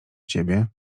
ciebie